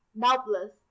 doubtless